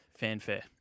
Fanfare